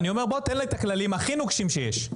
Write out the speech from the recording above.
תן את הכללים הכי נוקשים שיש,